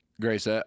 grace